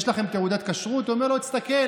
בשביל כיסא, בשביל קומבינה לאלקין,